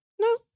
No